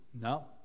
No